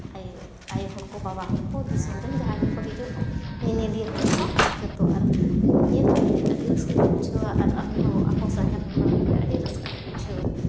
ᱟᱭ ᱟᱭᱳ ᱦᱚᱲ ᱠᱚ ᱵᱟᱵᱟ ᱦᱚᱲ ᱠᱚ ᱫᱤᱥᱚᱢ ᱨᱮ ᱡᱟᱦᱟᱸ ᱜᱮᱠᱚ ᱦᱤᱡᱩᱜ ᱧᱮᱧᱮᱞᱤᱭᱟᱹ ᱦᱚᱲ ᱠᱚ ᱡᱚᱛᱚ ᱟᱨ ᱧᱮᱞ ᱠᱟᱛᱮ ᱟᱹᱰᱤ ᱨᱟᱹᱥᱠᱟᱹᱞᱮ ᱵᱩᱡᱷᱟᱹᱣᱟ ᱟᱨ ᱟᱞᱮᱦᱚᱸ ᱟᱠᱚ ᱥᱟᱶ ᱧᱟᱯᱟᱢ ᱵᱟᱲᱟ ᱠᱟᱛᱮ ᱟᱹᱰᱤ ᱨᱟᱹᱥᱠᱟᱹᱞᱮ ᱵᱩᱡᱷᱟᱹᱣᱟ